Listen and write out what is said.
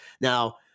Now